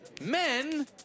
Men